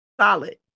solid